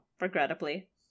Regrettably